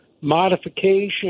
modification